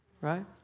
right